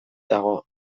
dago